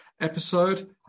episode